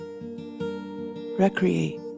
Recreate